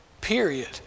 period